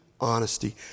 honesty